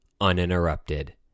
uninterrupted